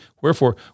Wherefore